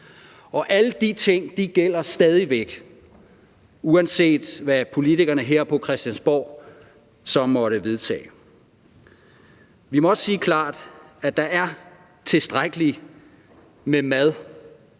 Og alle de ting gælder stadig væk, uanset hvad politikerne her på Christiansborg så måtte vedtage. Vi må også sige klart, at der er tilstrækkelig med mad